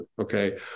Okay